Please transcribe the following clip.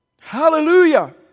Hallelujah